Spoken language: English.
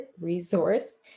resource